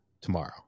tomorrow